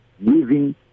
living